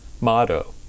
motto